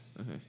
Okay